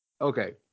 Okay